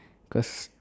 cause